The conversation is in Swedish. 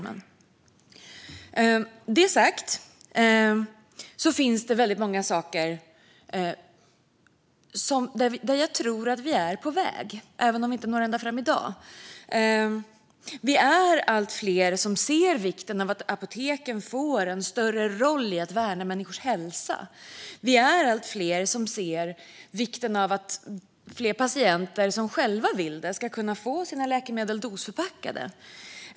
Med detta sagt finns det väldigt mycket där jag tror att vi är på väg, även om vi inte når ända fram i dag. Vi är allt fler som ser vikten av att apoteken får en större roll i att värna människors hälsa. Vi är allt fler som ser vikten av att fler patienter som själva vill det ska kunna få sina läkemedel dosförpackade.